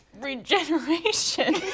regeneration